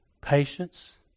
patience